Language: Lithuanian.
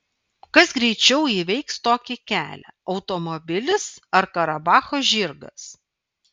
kas greičiau įveiks tokį kelią automobilis ar karabacho žirgas